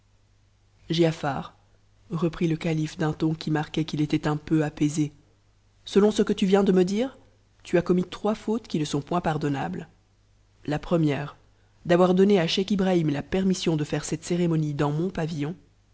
giafar reprit le calife d'un ton qui marquait qu'il était un peu n is scion ce que tu viens de me dire tu as commis trois fautes qui ne sont point pardonnables la première d'avoir donné a scheich ibrahi permission de faire cette cérémonie dans mon pavillon